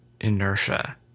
inertia